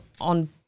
on